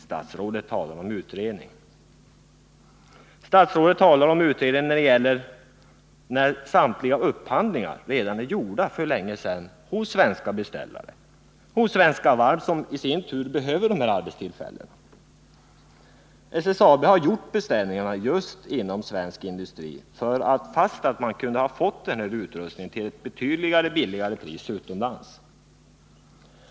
Statsrådet talar om utredning när samtliga upphandlingar redan är gjorda för länge sedan hos svenska beställare — hos Svenska Varv som isin tur behöver de här arbetstillfällena. SSAB har gjort beställningarna just inom svensk industri, fastän man kunde ha fått utrustningen till ett betydligt lägre pris utomlands.